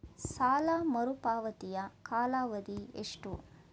ಸಾಲ ಮರುಪಾವತಿಯ ಕಾಲಾವಧಿ ಎಷ್ಟು?